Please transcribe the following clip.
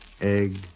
egg